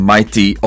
Mighty